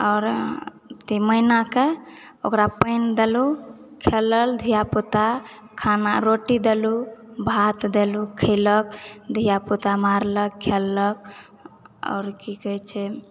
आओर अथी मैनाके ओकरा पिनि देलहुॅं खेलल धिया पूता खाना रोटी देलहुॅं भात देलहुॅं खैललक धिया पूता मारलक खेललक आओर की कहै छै